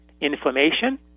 inflammation